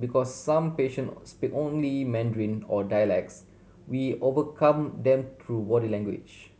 because some patient speak only Mandarin or dialects we overcome them through body language